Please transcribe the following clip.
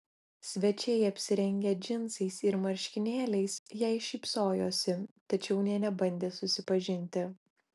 svečiai apsirengę džinsais ir marškinėliais jai šypsojosi tačiau nė nebandė susipažinti